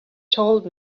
told